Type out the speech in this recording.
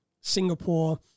Singapore